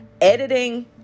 Editing